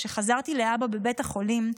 כשחזרתי לאבא בבית החולים,